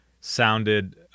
sounded –